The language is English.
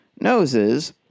noses